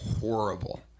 horrible